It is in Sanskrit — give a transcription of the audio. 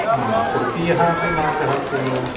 तृतीयः अपि मार्गः अस्ति खलु